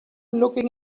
looking